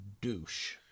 douche